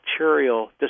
material